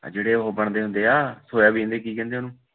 ਆ ਜਿਹੜੇ ਉਹ ਬਣਦੇ ਹੁੰਦੇ ਆ ਸੋਇਆਬੀਨ ਦੇ ਕੀ ਕਹਿੰਦੇ ਉਹਨੂੰ